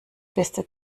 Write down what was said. beste